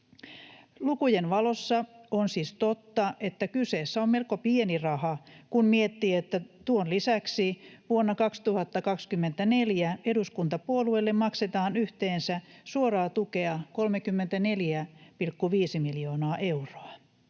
Lukujen valossa on siis totta, että kyseessä on melko pieni raha, kun miettii, että tuon lisäksi vuonna 2024 eduskuntapuolueille maksetaan yhteensä suoraa tukea 34,5 miljoonaa euroa.